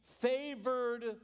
favored